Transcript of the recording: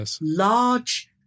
large